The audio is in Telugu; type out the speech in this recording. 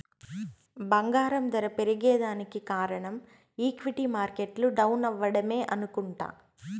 బంగారం దర పెరగేదానికి కారనం ఈక్విటీ మార్కెట్లు డౌనవ్వడమే అనుకుంట